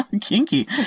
Kinky